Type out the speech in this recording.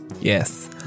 Yes